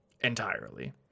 entirely